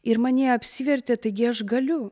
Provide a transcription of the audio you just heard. ir manyje apsivertė taigi aš galiu